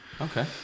okay